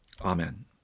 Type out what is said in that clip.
Amen